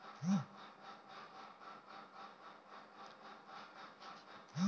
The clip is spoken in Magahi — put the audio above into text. उद्यमिता के संबंध व्यापार से हई